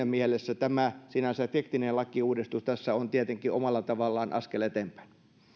mielessä tämä sinänsä tekninen lakiuudistus tässä on tietenkin omalla tavallaan askel eteenpäin